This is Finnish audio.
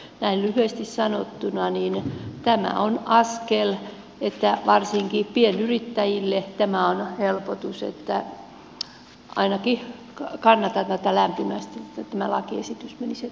näin lyhyesti sanottuna tämä on askel varsinkin pienyrittäjille tämä on helpotus joten kannatan tätä lämpimästi että tämä lakiesitys menisi eteenpäin